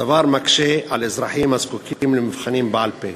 הדבר מקשה על אזרחים הזקוקים למבחנים בעל-פה.